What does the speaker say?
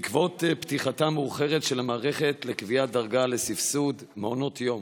בעקבות פתיחתה המאוחרת של המערכת לקביעת דרגה לסבסוד מעונות יום,